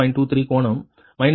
23 கோணம் மைனஸ் 67